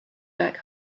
back